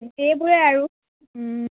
সেইবোৰে আৰু